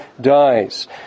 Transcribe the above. dies